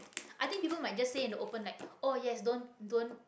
i think people might just say in the open like oh yes don't don't